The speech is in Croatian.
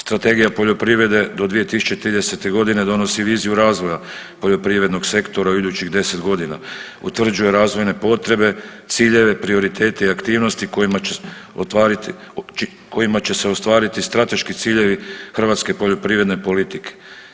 Strategija poljoprivrede do 2030.g. donosi viziju razvoja poljoprivrednog sektora u idućih deset godina, utvrđuje razvojne potrebe, ciljeve, prioritete i aktivnostima kojima će se ostvariti strateški ciljevi hrvatske poljoprivredne politike.